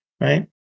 right